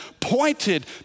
pointed